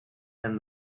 and